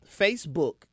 facebook